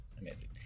Amazing